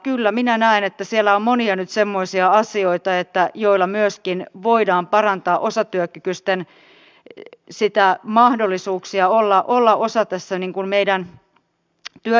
kyllä minä näen että siellä on nyt monia semmoisia asioita joilla myöskin voidaan parantaa osatyökykyisten mahdollisuuksia olla osa tässä meidän työjärjestelmässä